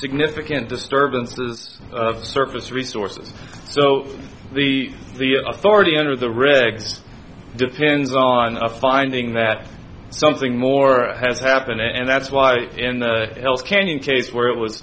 significant disturbances of surface resources so the the authority under the rigs depends on a finding that something more has happened and that's why if else can you case where it was